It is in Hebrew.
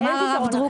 הרב דביר